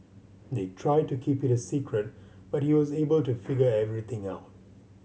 they tried to keep it a secret but he was able to figure everything out